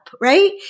right